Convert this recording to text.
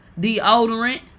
deodorant